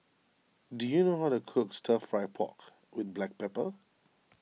do you know how to cook Stir Fry Pork with Black Pepper